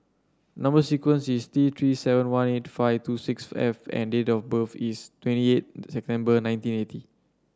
number sequence is T Three seven one eight five two six F and date of birth is twenty eight September nineteen eighty